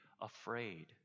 afraid